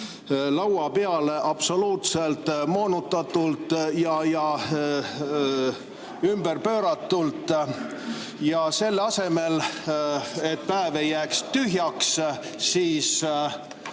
laua peale absoluutselt moonutatult ja ümberpööratult. Ja selle jaoks, et päev ei jääks tühjaks, teen